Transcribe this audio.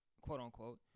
quote-unquote